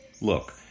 Look